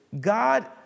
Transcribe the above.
God